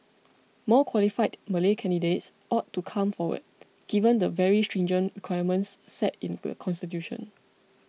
more qualified Malay candidates ought to come forward given the very stringent requirements set in the constitution